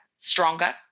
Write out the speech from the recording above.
stronger